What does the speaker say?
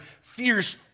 fierce